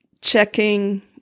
checking